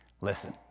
listen